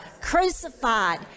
crucified